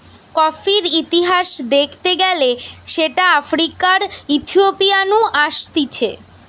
কফির ইতিহাস দ্যাখতে গেলে সেটা আফ্রিকার ইথিওপিয়া নু আসতিছে